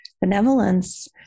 benevolence